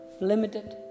limited